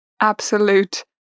absolute